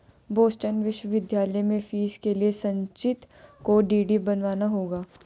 Boston विश्वविद्यालय में fees के लिए संचित को डी.डी बनवाना होगा